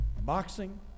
boxing